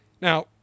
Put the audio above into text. Now